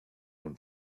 own